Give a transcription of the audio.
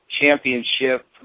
championship